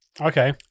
okay